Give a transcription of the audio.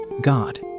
God